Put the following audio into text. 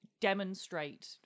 demonstrate